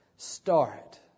Start